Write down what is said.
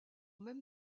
même